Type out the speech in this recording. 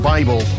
Bible